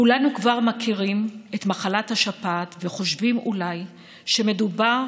כולנו כבר מכירים את מחלת השפעת וחושבים שאולי מדובר